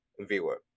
viewer